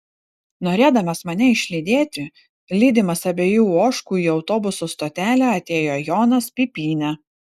norėdamas mane išlydėti lydimas abiejų ožkų į autobusų stotelę atėjo jonas pipynė